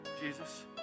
Jesus